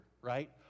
right